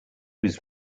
was